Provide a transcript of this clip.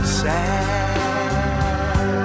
sad